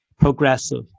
progressive